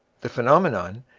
the phenomenon,